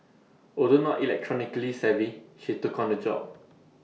although not electronically savvy she took on the job